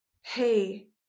Hey